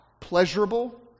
pleasurable